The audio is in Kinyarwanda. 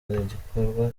igikorwa